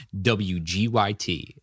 WGYT